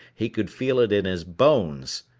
he could feel it in his bones.